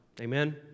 Amen